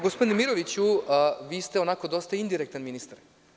Gospodine Miroviću, vi ste onako dosta indirektan ministar.